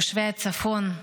תושבי הצפון.